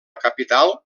capital